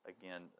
again